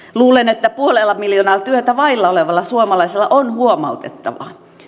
luulen että puolella miljoonalla työtä vailla olevalla suomalaisella on huomautettavaa